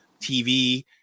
TV